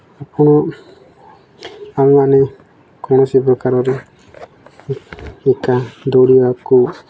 ଆପଣ ଆମେମାନେେ କୌଣସି ପ୍ରକାରରେ ଏକା ଦୌଡ଼ିବାକୁ